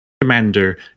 Commander